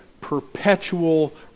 perpetual